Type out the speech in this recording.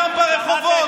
דם ברחובות,